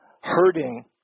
hurting